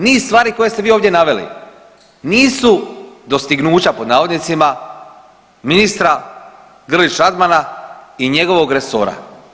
Niz stvari koje ste vi ovdje naveli nisu dostignuća, pod navodnicima, ministra Grlić Radmana i njegovog resora.